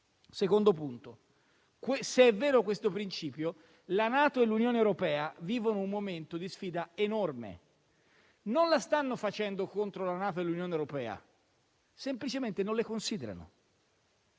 secondo punto: se è vero questo principio, la NATO e l'Unione europea vivono un momento di sfida enorme. Non lo stanno facendo contro la NATO e l'Unione europea, semplicemente non le considerano.